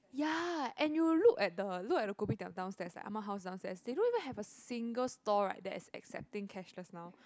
ya and you look at the look at the Kopitiam downstairs like Ah-Ma's house downstairs they don't even have a single stall right that is accepting cashless now